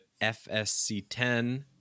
FSC10